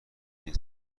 این